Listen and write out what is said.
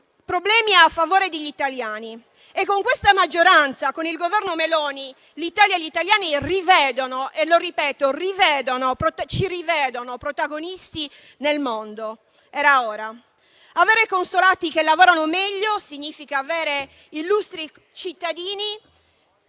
problemi degli italiani. Con questa maggioranza e con il Governo Meloni l'Italia e gli italiani ci rivedono protagonisti nel mondo. Era ora. Avere consolati che lavorano meglio significa avere illustri cittadini